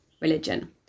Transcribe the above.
religion